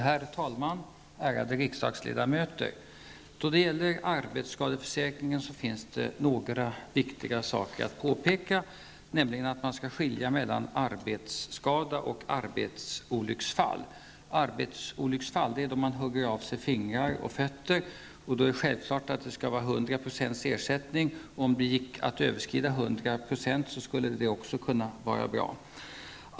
Herr talman! Ärade ledamöter! När det gäller arbetsskadeförsäkringen finns det en viktig sak att påpeka, nämligen att man skall skilja mellan arbetsskada och arbetsolycksfall. Arbetsolycksfall är när man hugger av sig fingrar och fötter, och det är självklart att en sådan skada skall ersättas till 100 %-- om det gick att överskrida 100 % vore det ju bra.